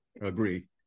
agree